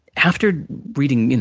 after reading,